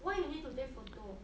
why you need to take photo